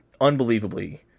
unbelievably